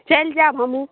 चलि जायब हमहुँ